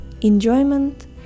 enjoyment